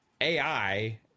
ai